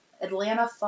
Atlanta